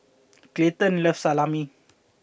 Clayton loves Salami